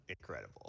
incredible